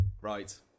Right